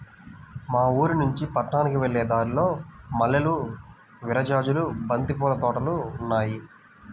మా ఊరినుంచి పట్నానికి వెళ్ళే దారిలో మల్లెలు, విరజాజులు, బంతి పూల తోటలు ఉన్నాయ్